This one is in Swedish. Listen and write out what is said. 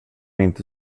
inte